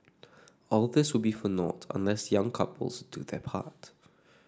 all this will be for naught unless young couples do their part